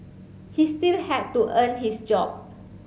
he still had to earn his job